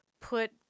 put